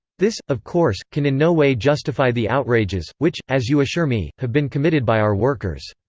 this, of course, can in no way justify the outrages, which, as you assure me, have been committed by our workers.